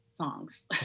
songs